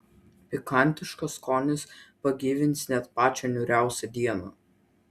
pikantiškas skonis pagyvins net pačią niūriausią dieną